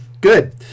Good